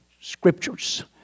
scriptures